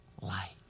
light